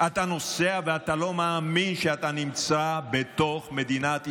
אתה נוסע ואתה לא מאמין שאתה נמצא בתוך מדינת ישראל.